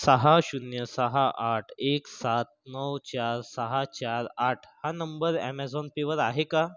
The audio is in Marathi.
सहा शून्य सहा आठ एक सात नऊ चार सहा चार आठ हा नंबर ऍमेझॉन पेवर आहे का